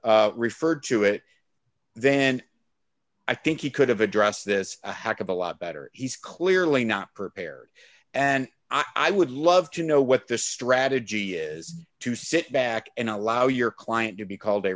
mcveigh referred to it then i think he could have addressed this a heck of a lot better he's clearly not prepared and i would love to know what the strategy is to sit back and allow your client to be called